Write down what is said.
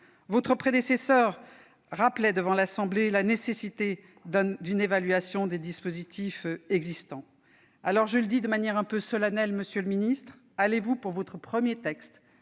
Votre prédécesseure rappelait devant l'Assemblée nationale la nécessité d'une évaluation des dispositifs existants. Je le dis de manière un peu solennelle, monsieur le ministre, allez-vous, pour votre premier texte,